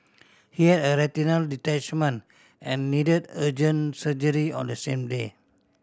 he had a retinal detachment and needed urgent surgery on the same day